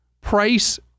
price